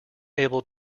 able